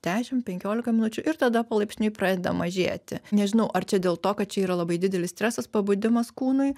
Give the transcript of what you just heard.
dešim penkiolika minučių ir tada palaipsniui pradeda mažėti nežinau ar čia dėl to kad čia yra labai didelis stresas pabudimas kūnui